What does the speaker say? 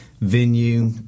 venue